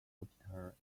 jupiter